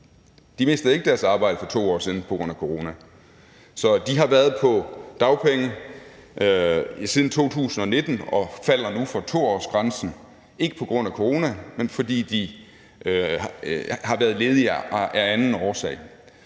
De mistede ikke deres arbejde for 2 år siden på grund af corona, så de har været på dagpenge siden 2019 og falder nu for 2-årsgrænsen, altså ikke på grund af corona, men fordi de har været ledige af anden årsag.